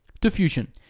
Diffusion